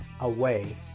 away